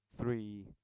three